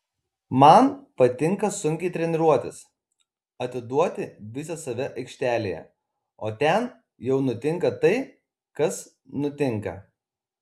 man patinka sunkiai treniruotis atiduoti visą save aikštėje o ten jau nutinka tai kas nutinka